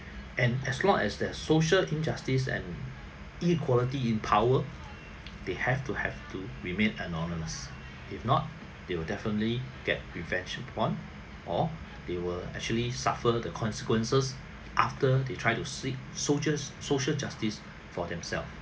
and as long as there are social injustice and inequality in power they have to have to remain anonymous if not they will definitely get revenge upon or they were actually suffer the consequences after they try to seek soldier~ social justice for themselves